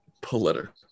political